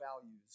values